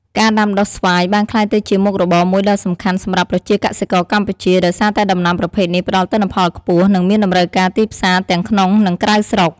ការដាំដុះស្វាយបានក្លាយទៅជាមុខរបរមួយដ៏សំខាន់សម្រាប់ប្រជាកសិករកម្ពុជា ដោយសារតែដំណាំប្រភេទនេះផ្ដល់ទិន្នផលខ្ពស់ និងមានតម្រូវការទីផ្សារទាំងក្នុងនិងក្រៅស្រុក។